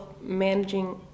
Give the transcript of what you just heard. managing